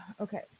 okay